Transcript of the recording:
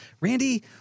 Randy